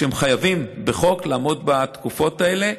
הם חייבים בחוק לעמוד בתקופות האלה,